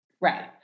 Right